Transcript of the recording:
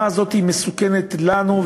כי ההסכמה הזאת מסוכנת לנו,